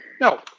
no